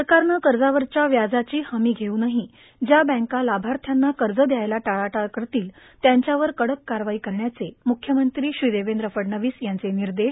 सरकारनं कर्जावरच्या व्याजाची हमी घेऊनही ज्या बँका लाभार्थ्यांना कर्ज द्यायला टाळाटाळ करतील त्याच्यावर कडक कारवाई करण्याचे मुख्यमंत्री श्री देवेंद्र फडणवीस यांचे निर्देश